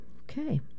okay